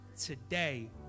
Today